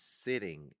sitting